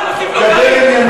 תן לי לסיים.